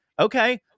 Okay